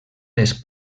les